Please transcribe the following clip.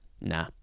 Nah